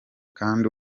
kandi